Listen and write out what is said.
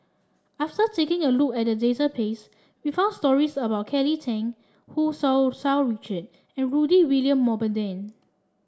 after taking a look at database we found stories about Kelly Tang Hu Tsu Sau Richard and Rudy William Mosbergen